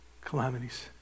calamities